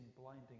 blinding